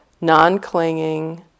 non-clinging